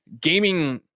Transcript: gaming